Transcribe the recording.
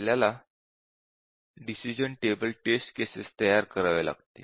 आपल्याला decision table test cases तयार कराव्या लागतील